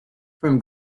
from